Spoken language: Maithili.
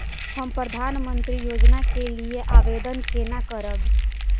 हम प्रधानमंत्री योजना के लिये आवेदन केना करब?